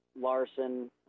Larson